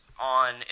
on